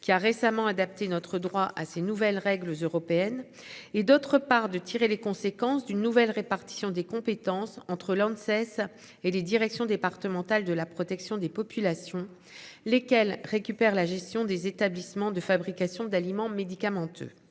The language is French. qui a récemment adapter notre droit à ces nouvelles règles européennes et d'autre part de tirer les conséquences d'une nouvelle répartition des compétences entre l'cessent et les directions départementales de la protection des populations. Lesquelles récupère la gestion des établissements de fabrication d'aliments médicamenteux.